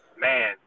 man